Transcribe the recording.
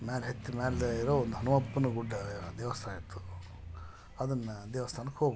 ಮ್ಯಾಲೆ ಹತ್ ಮೇಲೆ ಇರೊ ಒಂದು ಹನುಮಪ್ಪನ ಗುಡ್ಡ ದೇವಸ್ಥಾನ ಇತ್ತು ಅದನ್ನು ದೇವಸ್ಥಾನಕ್ಕೆ ಹೋಗ್ಬೆಕು